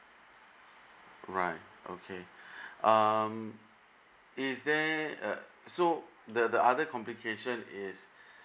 right okay um is there uh so the the other complication is